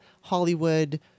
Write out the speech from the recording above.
Hollywood